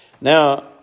Now